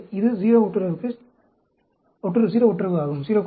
எனவே இது 0 ஒட்டுறவு ஆகும்